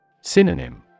Synonym